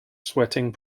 sweating